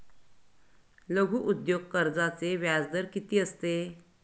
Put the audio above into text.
लघु उद्योग कर्जाचे व्याजदर किती असते?